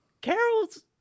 Carol's